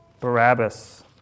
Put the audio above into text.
Barabbas